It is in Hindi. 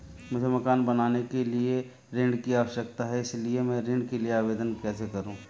मुझे मकान बनाने के लिए ऋण की आवश्यकता है इसलिए मैं ऋण के लिए आवेदन कैसे करूं?